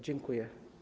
Dziękuję.